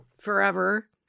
forever